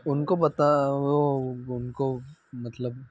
उनको बता वह उनको मतलब